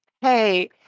hey